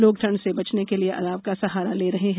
लोग ठंड से बचने के लिए अलाव का सहारा ले रहे हैं